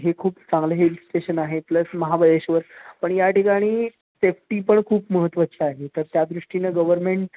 हे खूप चांगलं हिल स्टेशन आहे प्लस महाबळेश्वर पण या ठिकाणी सेफ्टी पण खूप महत्त्वाची आहे तर त्यादृष्टीनं गव्हर्मेंट